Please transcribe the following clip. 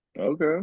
Okay